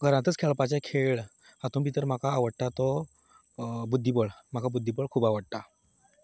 घरांतूच खेळपाचे खेळ हातूं भितर म्हाका आवडटा तो बुद्धीबळ म्हाता बुद्धीबळ खूब आवडटा